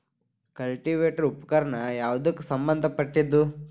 Cultivator ಉಪಕರಣ ಯಾವದಕ್ಕ ಸಂಬಂಧ ಪಟ್ಟಿದ್ದು?